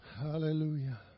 Hallelujah